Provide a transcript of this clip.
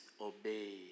obey